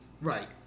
Right